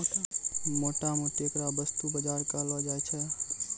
मोटा मोटी ऐकरा वस्तु बाजार कहलो जाय छै